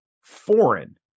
foreign